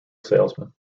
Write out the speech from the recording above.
salesman